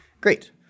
Great